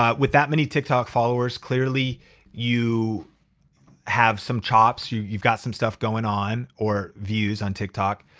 ah with that many tiktok followers, clearly you have some chops. you've you've got some stuff going on or views on tiktok.